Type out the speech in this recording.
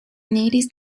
natives